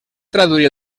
traduir